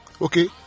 okay